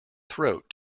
throat